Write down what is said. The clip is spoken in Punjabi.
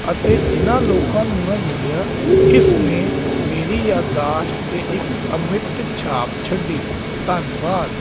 ਅਤੇ ਜਿਹਨਾਂ ਲੋਕਾਂ ਨੂੰ ਮੈਂ ਮਿਲਿਆ ਇਸ ਨੇ ਮੇਰੀ ਯਾਦਾਸ਼ਤ 'ਤੇ ਇੱਕ ਅਮਿਟ ਛਾਪ ਛੱਡੀ ਧੰਨਵਾਦ